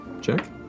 Check